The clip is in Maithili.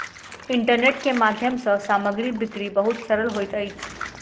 इंटरनेट के माध्यम सँ सामग्री बिक्री बहुत सरल होइत अछि